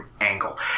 angle